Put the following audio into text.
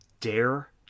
dare